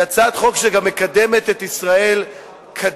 היא הצעת חוק שגם מקדמת את ישראל קדימה